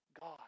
God